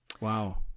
Wow